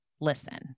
listen